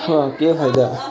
हां केह् फायदा